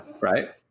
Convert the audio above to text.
Right